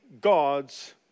God's